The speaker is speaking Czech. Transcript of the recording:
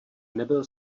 nebyl